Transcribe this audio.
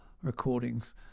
recordings